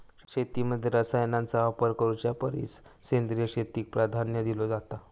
शेतीमध्ये रसायनांचा वापर करुच्या परिस सेंद्रिय शेतीक प्राधान्य दिलो जाता